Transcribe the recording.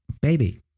baby